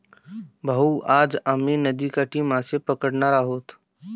भाऊ, आज आम्ही नदीकाठी मासे पकडणार आहोत